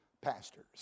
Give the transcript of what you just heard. pastors